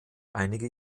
einige